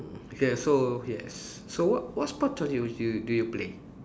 ya so yes so what what sports are you you do you play